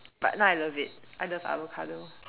but now I love it I love avocado